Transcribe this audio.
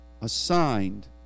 assigned